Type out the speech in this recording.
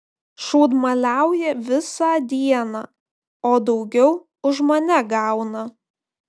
šūdmaliauja visą dieną o daugiau už mane gauna